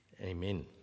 amen